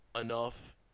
enough